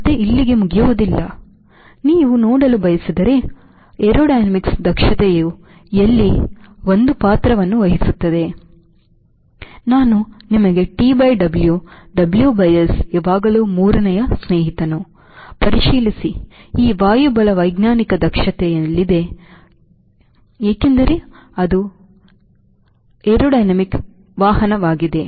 ಕಥೆ ಇಲ್ಲಿಗೆ ಮುಗಿಯುವುದಿಲ್ಲ ನೀವು ನೋಡಲು ಬಯಸಿದರೆ ವಾಯುಬಲವೈಜ್ಞಾನಿಕ ದಕ್ಷತೆಯು ಎಲ್ಲಿ ಒಂದು ಪಾತ್ರವನ್ನು ವಹಿಸುತ್ತದೆ ನಾನು ನಿಮಗೆ TW WS ಯಾವಾಗಲೂ ಮೂರನೆಯ ಸ್ನೇಹಿತನನ್ನು ಪರಿಶೀಲಿಸಿ ಈ ವಾಯುಬಲವೈಜ್ಞಾನಿಕ ದಕ್ಷತೆ ಎಲ್ಲಿದೆ ಏಕೆಂದರೆ ಅದು ವಾಯುಬಲವೈಜ್ಞಾನಿಕ ವಾಹನವಾಗಿದೆ